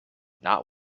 not